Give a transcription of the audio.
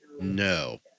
no